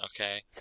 Okay